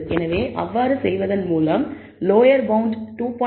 எனவே அவ்வாறு செய்வதன் மூலம் லோயர் பவுண்ட் 2